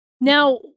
Now